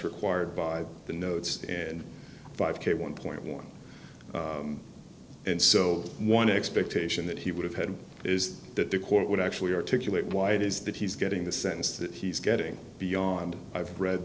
required by the notes and five k one dollar and so one expectation that he would have had is that the court would actually articulate why it is that he's getting the sense that he's getting beyond i've read